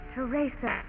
Teresa